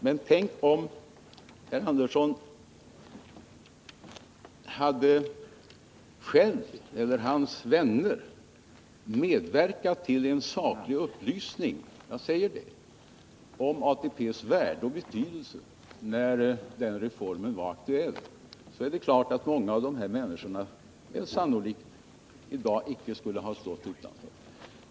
Men tänk om herr Andersson själv eller hans vänner hade medverkat till en saklig upplysning om ATP:s värde och betydelse, när den reformen var aktuell! I så fall hade många av de här människorna i dag sannolikt inte stått utanför.